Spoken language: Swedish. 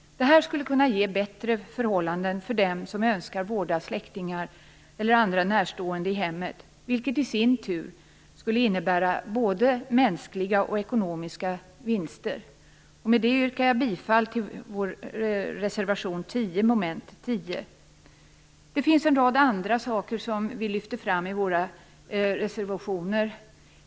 Det här skulle kunna ge bättre förhållanden för dem som önskar vårda släktingar eller andra närstående i hemmet, vilket i sin tur skulle innebära både mänskliga och ekonomiska vinster. Med det yrkar jag bifall till vår reservation 10 under mom. 10. Det finns en rad andra saker som vi lyfter fram i våra reservationer.